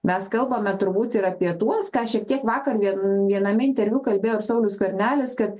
mes kalbame turbūt ir apie tuos ką šiek tiek vakar vien viename interviu kalbėjo ir saulius skvernelis kad